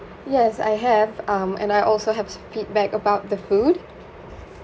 yes I have um I also have some feedback about the food